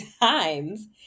times